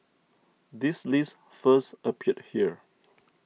this list first appeared here